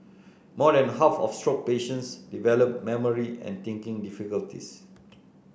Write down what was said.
more than half of stroke patients develop memory and thinking difficulties